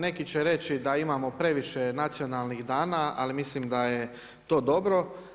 Neki će reći da imao previše nacionalnih dana ali mislim da je to dobro.